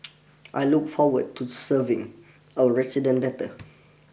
I look forward to serving our resident better